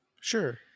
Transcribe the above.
Sure